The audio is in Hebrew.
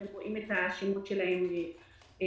אתם רואים את השמות שלהם בשקף,